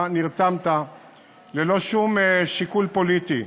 אתה נרתמת ללא שום שיקול פוליטי,